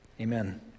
Amen